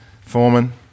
foreman